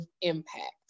impact